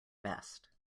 best